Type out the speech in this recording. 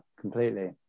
completely